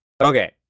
Okay